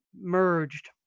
merged